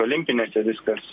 olimpinėse viskas